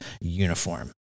uniform